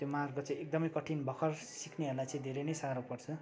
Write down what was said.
त्यो मार्ग चाहिँ एकदमै कठिन भर्खर सिक्नेहरूलाई चाहिँ धेरै नै साह्रो पर्छ